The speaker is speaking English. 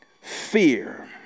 fear